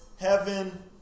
heaven